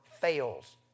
fails